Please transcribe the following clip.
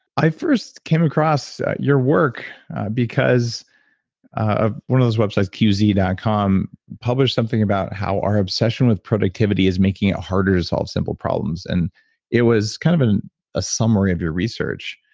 i first came across your work because ah one of those websites, qz dot com published something about how our obsession with productivity is making it harder to solve simple problems. and it was kind of a summary of your research.